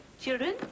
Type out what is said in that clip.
Children